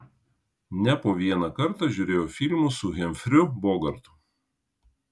ne po vieną kartą žiūrėjau filmus su hemfriu bogartu